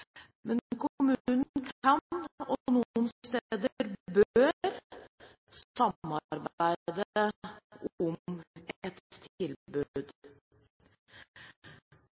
kan, og bør noen steder, samarbeide om et tilbud.